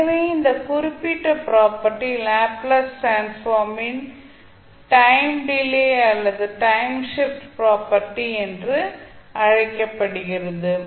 எனவே இந்த குறிப்பிட்ட ப்ராப்பர்ட்டி லாப்ளேஸ் டிரான்ஸ்ஃபார்ம் ன் டைம் டிலே அல்லது டைம் ஷிப்ட் ப்ராப்பர்ட்டி என அழைக்கப்படுகிறது